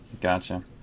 Gotcha